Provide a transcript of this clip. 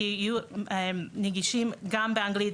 יהיו נגישים גם באנגלית,